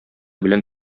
белән